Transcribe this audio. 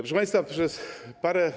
Proszę państwa, przez parę.